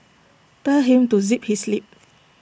tell him to zip his lip